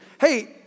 Hey